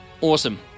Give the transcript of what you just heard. Awesome